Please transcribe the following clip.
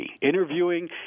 interviewing